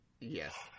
Yes